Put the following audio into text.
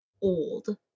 old